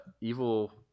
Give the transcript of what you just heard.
evil